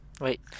Wait